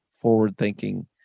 forward-thinking